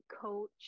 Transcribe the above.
coach